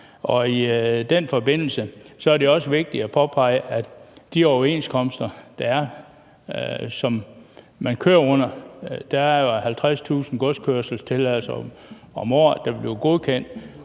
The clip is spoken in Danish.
I den forbindelse er det også vigtigt at påpege noget med hensyn til de overenskomster, der er, og som man kører under. Der er jo 50.000 godskørselstilladelser om året, der bliver godkendt.